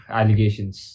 allegations